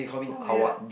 so weird